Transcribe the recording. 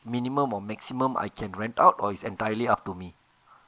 minimum or maximum I can rent out or is entirely up to me